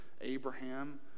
abraham